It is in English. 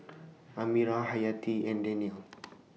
Amirah Hayati and Danial